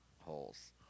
holes